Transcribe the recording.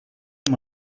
amb